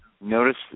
Notice